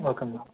okay madam